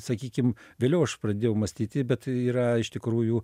sakykim vėliau aš pradėjau mąstyti bet yra iš tikrųjų